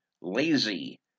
lazy